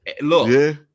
Look